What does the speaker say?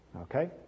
okay